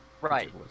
Right